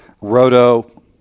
Roto